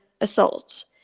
assault